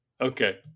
Okay